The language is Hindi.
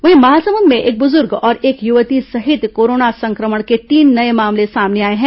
वहीं महासमुंद में एक ब्जुर्ग और एक युवती सहित कोरोना संक्रमण के तीन नये मामले सामने आए हैं